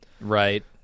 right